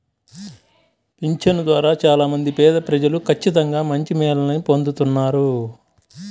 పింఛను ద్వారా చాలా మంది పేదప్రజలు ఖచ్చితంగా మంచి మేలుని పొందుతున్నారు